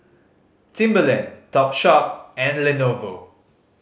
Timberland Topshop and Lenovo